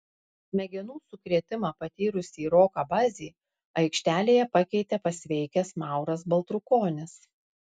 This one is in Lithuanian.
smegenų sukrėtimą patyrusį roką bazį aikštelėje pakeitė pasveikęs mauras baltrukonis